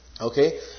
Okay